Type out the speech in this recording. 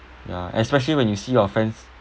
ya especially when you see your friends